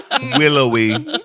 willowy